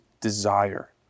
desire